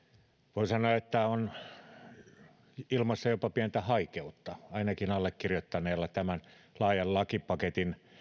voin sanoa että ilmassa on jopa pientä haikeutta ainakin allekirjoittaneella tämän laajan lakipaketin